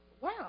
wow